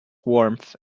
warmth